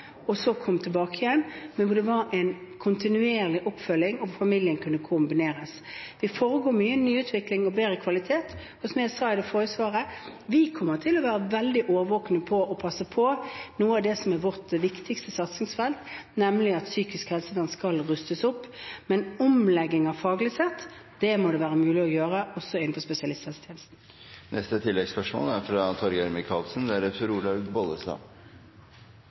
og var borte og så kom tilbake igjen, men hvor det var en kontinuerlig oppfølging og familien kunne forenes. Det foregår mye nyutvikling, og vi får bedre kvalitet. Som jeg sa i det forrige svaret, kommer vi til å være veldig årvåkne og passe på når det gjelder noe av det som er vårt viktigste satsingsfelt, nemlig at psykisk helsevern skal rustes opp, men omlegginger faglig sett må det være mulig å gjøre også innenfor spesialisthelsetjenesten.